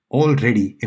already